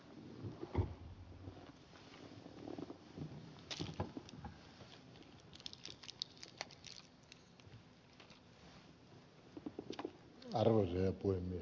arvoisa herra puhemies